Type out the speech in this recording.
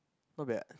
not bad